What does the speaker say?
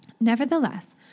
Nevertheless